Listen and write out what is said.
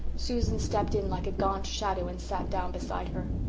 susan stepped in like a gaunt shadow and sat down beside her.